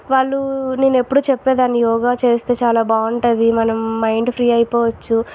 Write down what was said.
వాళ్ళు నేను ఎప్పుడు చెప్పేదాన్ని యోగా చేస్తే చాలా బాగుంటుంది మనం మైండ్ ఫ్రీ అయ్యిపోవచ్చు